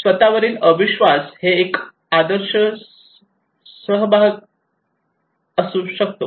स्वतः वरील अविश्वास हे एक आदर्श सहभाग असू शकतो